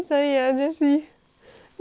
你看现在几点